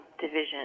division